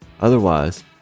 Otherwise